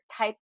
type